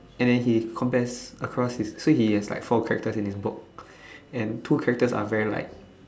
and then he compares across his so he has like four characters in his book and two characters are very like